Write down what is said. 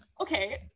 Okay